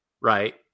Right